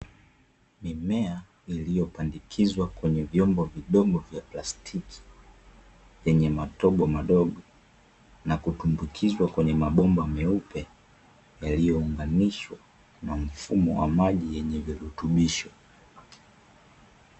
Mimea iliyopandikizwa kwenye vyombo vidogo vya plastiki yenye matobo madogo na kutumbukizwa kwenye mabomba meupe yaliyounganishwa na mfumo wa maji yenye virutubisho .